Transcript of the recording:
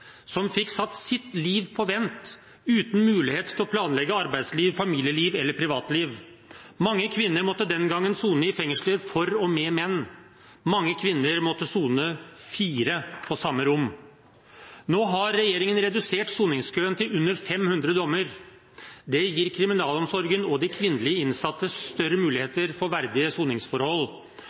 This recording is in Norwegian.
som fikk satt sitt liv på vent, uten mulighet til å planlegge arbeidsliv, familieliv eller privatliv. Mange kvinner måtte den gangen sone i fengsler for og med menn. Mange kvinner måtte sone fire på samme rom. Nå har regjeringen redusert soningskøen til under 500 dommer. Det gir kriminalomsorgen og de kvinnelige innsatte større muligheter for verdige soningsforhold.